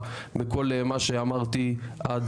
משמעותית וערכית ביותר שאתה יושב ראש